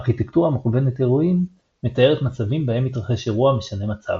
ארכיטקטורה מכוונת אירועים מתארת מצבים בהם התרחש אירוע המשנה מצב.